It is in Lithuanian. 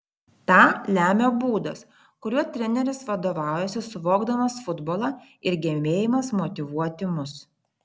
tą lemia būdas kuriuo treneris vadovaujasi suvokdamas futbolą ir gebėjimas motyvuoti mus